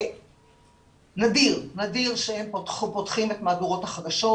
נדיר שהם פותחים את מהדורות החדשות,